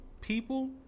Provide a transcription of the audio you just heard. people